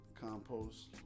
Compost